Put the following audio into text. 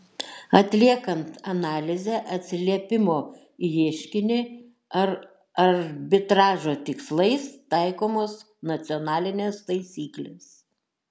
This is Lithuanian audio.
atliekant analizę atsiliepimo į ieškinį ar arbitražo tikslais taikomos nacionalinės taisyklės